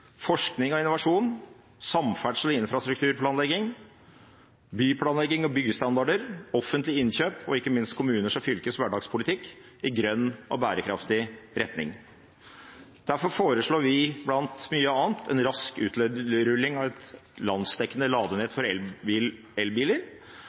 forskning og innovasjon, samferdsels- og infrastrukturplanlegging, byplanlegging og byggestandarder, offentlige innkjøp og, ikke minst, kommuners og fylkers hverdagspolitikk i grønn og bærekraftig retning. Derfor foreslår vi blant mye annet en rask utrulling av et landsdekkende ladenett